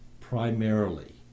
primarily